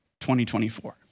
2024